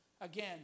again